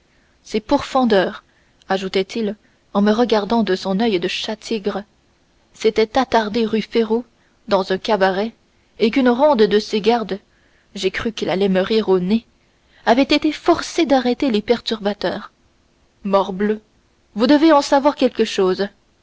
ces pourfendeurs ajoutait-il en me regardant de son oeil de chat-tigre s'étaient attardés rue férou dans un cabaret et qu'une ronde de ses gardes j'ai cru qu'il allait me rire au nez avait été forcée d'arrêter les perturbateurs morbleu vous devez en savoir quelque chose